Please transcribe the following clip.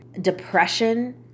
depression